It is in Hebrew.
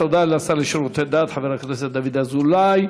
תודה לשר לשירותי דת חבר הכנסת דוד אזולאי.